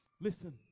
Listen